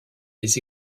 les